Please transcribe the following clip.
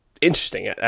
interesting